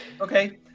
Okay